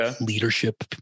leadership